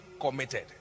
committed